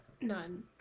None